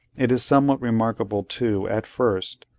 it is somewhat remarkable too, at first,